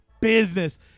business